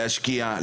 להשקיע,